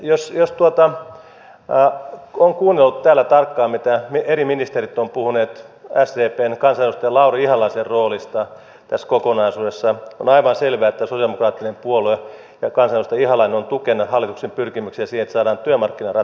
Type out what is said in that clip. jos on kuunnellut täällä tarkkaan mitä eri ministerit ovat puhuneet sdpn kansanedustaja lauri ihalaisen roolista tässä kokonaisuudessa on aivan selvää että sosialidemokraattinen puolue ja kansanedustaja ihalainen ovat tukena hallituksen pyrkimyksessä siihen että saadaan työmarkkinaratkaisu syntymään